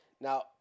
Now